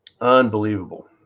Unbelievable